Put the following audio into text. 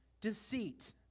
deceit